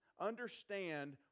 understand